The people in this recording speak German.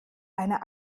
einer